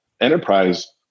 enterprise